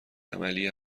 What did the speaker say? عملی